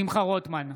שמחה רוטמן,